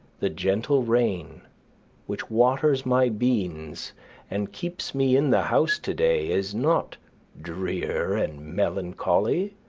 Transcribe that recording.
the gentle rain which waters my beans and keeps me in the house today is not drear and melancholy,